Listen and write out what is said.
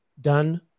done